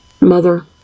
mother